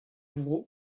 vro